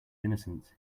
innocence